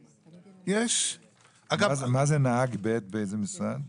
אני נציב שירות המדינה, יש לי נהג צמוד,